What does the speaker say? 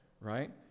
right